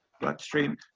bloodstream